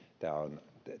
tämä on